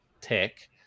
tech